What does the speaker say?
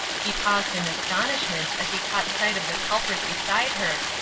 he paused in astonishment as he caught sight of the culprit beside her,